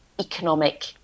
economic